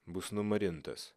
bus numarintas